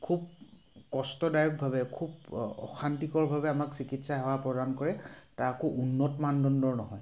খুব কষ্টদায়কভাৱে খুব অশান্তিকৰভাৱে আমাক চিকিৎসা সেৱা প্ৰদান কৰে তাকো উন্নত মানদণ্ডৰ নহয়